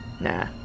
nah